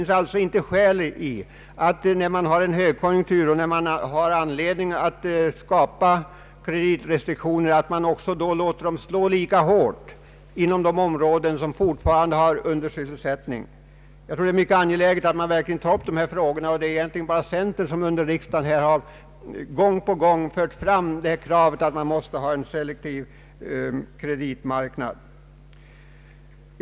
När man i en högkonjunktur har anledning att införa kreditrestriktioner finns det alltså inga skäl till att låta dem slå lika hårt i de områden som fortfarande har undersysselsättning. Jag tror att det är mycket angeläget att man verkligen tar upp dessa frågor. Det är egentligen bara centern som i riksdagen gång på gång har fört fram kravet på en selektiv kreditmarknad.